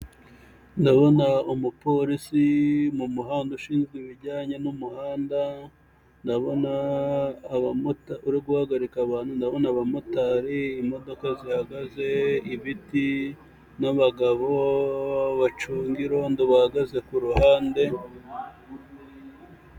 Ndabona umupolisi mu muhanda ushinzwe ibijyanye n'umuhanda, ndabona uri guhagarika abantu, ndabona abamotari imodoka zihagaze, ibiti n'abagabo bacunga irondo bahagaze ku ruhande.